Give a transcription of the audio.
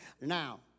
Now